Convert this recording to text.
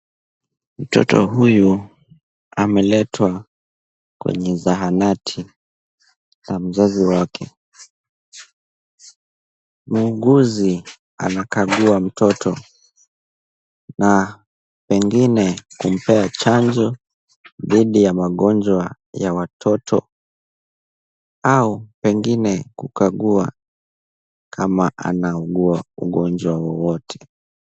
Mtoto huyu ameletwa kwenye zahanati na mzazi wake. Muuguzi anakagua mtoto na pengine kumpea chanjo dhidi ya magonjwa ya watoto au pengine kukagua kama ana ugua ugonjwa wowote.